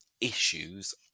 issues